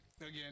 again